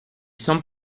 semble